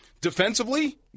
defensively